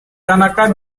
tanaka